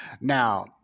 Now